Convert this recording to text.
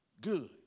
good